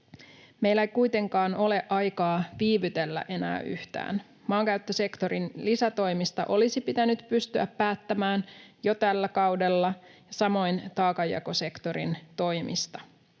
Meillä ei kuitenkaan ole aikaa viivytellä enää yhtään. Maankäyttösektorin lisätoimista olisi pitänyt pystyä päättämään jo tällä kaudella, samoin taakanjakosektorin toimista.